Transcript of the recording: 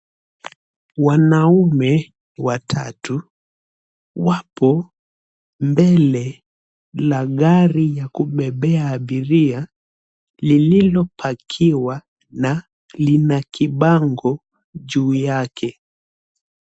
Wanaume watatu wapo mbele ya gari la kubebea abiria lililopakiwa na lina kibango juu yake.